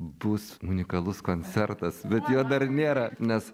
bus unikalus koncertas bet jo dar nėra nes